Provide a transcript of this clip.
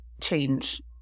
change